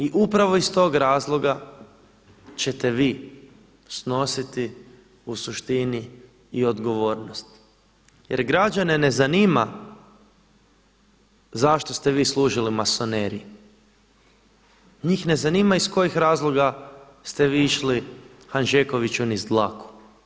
I upravo iz tog razloga ćete vi snositi u suštini i odgovornost jer građane ne zanima zašto ste vi služili masoneriji, njih ne zanima iz kojih razloga ste vi išli Hanžekoviću niz dlaku.